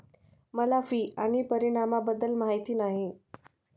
मला फी आणि परिणामाबद्दल माहिती नाही